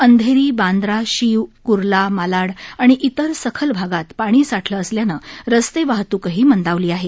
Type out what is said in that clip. अंधेरी बांद्रा शीव कूर्ला मालाड आणि इतर सखल भागात पाणी साठलं असल्यानं रस्ते वाहतूकही मंदावली आहे